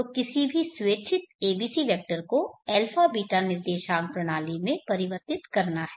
तो किसी भी स्वेच्छित abc वैक्टर को α β निर्देशांक प्रणाली में परिवर्तित करना है